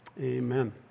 amen